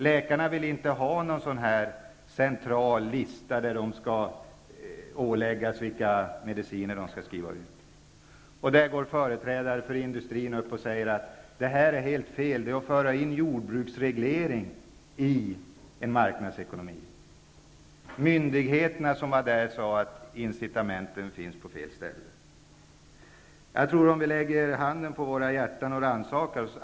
Läkarna vill inte ha någon central lista där det åläggs dem vilka mediciner de skall skriva ut. Företrädare för industrin sade att det här är helt fel och att det är att föra in jordbruksreglering i en marknadsekonomi. De myndigheter som var representerade sade att incitamenten finns på fel ställe. Vi bör lägga handen på hjärtat och rannsaka oss.